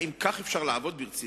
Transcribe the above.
האם כך אפשר לעבוד ברצינות?